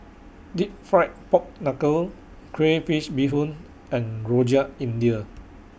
Deep Fried Pork Knuckle Crayfish Beehoon and Rojak India